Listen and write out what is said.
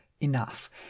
enough